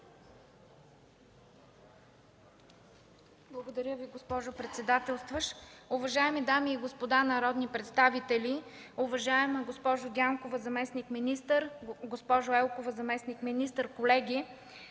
Благодаря Ви, госпожо председател. Уважаеми дами и господа народни представители, уважаема госпожо Дянкова – заместник-министър, госпожо Елкова – заместник-министър, колеги!